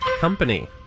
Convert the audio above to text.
company